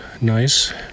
nice